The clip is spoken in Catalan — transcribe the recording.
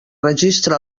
registre